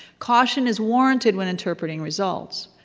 caution is warranted when interpreting results.